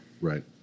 Right